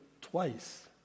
twice